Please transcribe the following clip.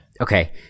Okay